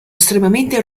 estremamente